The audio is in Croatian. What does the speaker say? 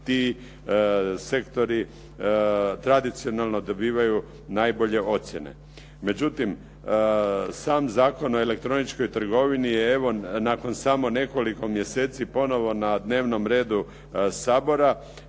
Ti sektori tradicionalno dobivaju najbolje ocjene. Međutim, sam Zakon o elektroničkoj trgovini je evo nakon samo nekoliko mjeseci ponovo na dnevnom redu Sabora,